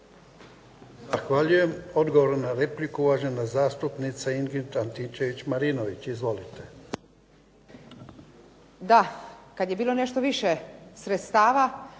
Zahvaljujem. Odgovor na repliku, uvažena zastupnica Ingrid Antičević Marinović. Izvolite. **Antičević Marinović,